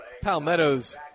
Palmetto's